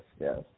yes